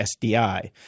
SDI